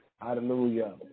hallelujah